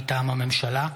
מטעם הממשלה: